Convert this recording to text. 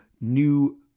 new